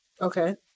Okay